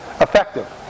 effective